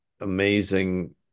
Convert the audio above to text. amazing